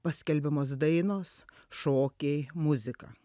paskelbiamos dainos šokiai muzika